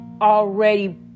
already